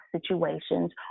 situations